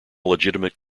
legitimate